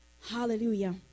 Hallelujah